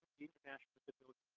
international disability